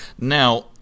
Now